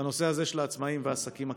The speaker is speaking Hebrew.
בנושא הזה של העצמאים והעסקים הקטנים.